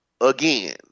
again